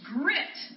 grit